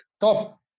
Top